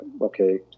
okay